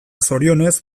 zorionez